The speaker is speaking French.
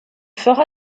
fera